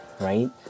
right